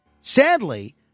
Sadly